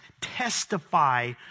testify